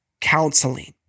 counseling